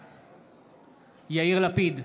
בעד יאיר לפיד,